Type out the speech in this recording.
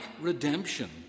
redemption